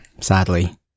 sadly